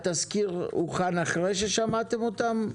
התזכיר הוכן אחרי ששמעתם אותם?